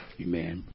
Amen